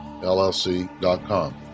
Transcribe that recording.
LLC.com